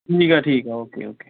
ਠੀਕ ਆ ਠੀਕ ਆ ਓਕੇ ਓਕੇ